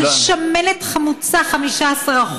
על שמנת חמוצה 15%,